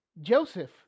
Joseph